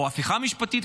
או הפיכה משפטית,